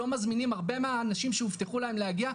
לא משמינים הרבה מהאנשים שהובטח להם להגיע,